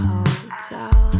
Hotel